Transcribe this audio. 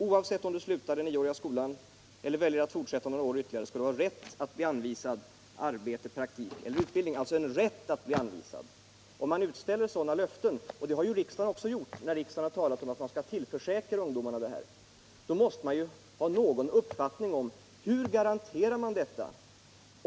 Oavsett om du slutar den nioåriga skolan eller väljer att fortsätta några år ytterligare skall du ha rätt att bli anvisad arbete, praktik eller utbildning. Om man utställer sådana löften — och det har ju riksdagen också gjort, när den uttalat sig för att ungdomarna skall tillförsäkras denna rätt — måste man ju ha någon uppfattning om hur man garanterar detta.